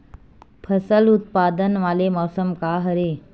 फसल उत्पादन वाले मौसम का हरे?